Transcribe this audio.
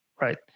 right